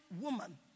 woman